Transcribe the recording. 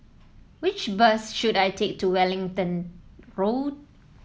which bus should I take to Wellington Road